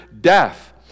death